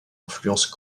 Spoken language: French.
influence